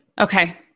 Okay